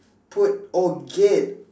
put oh gate